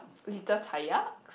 little